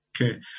Okay